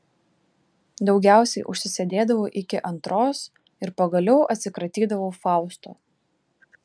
daugiausiai užsisėdėdavau iki antros ir pagaliau atsikratydavau fausto